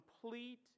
complete